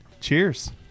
cheers